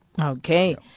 Okay